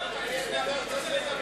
גם אני רוצה לדבר.